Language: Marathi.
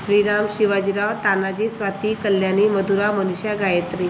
श्रीराम शिवाजीराव तानाजी स्वाती कल्याणी मधुरा मनीषा गायत्री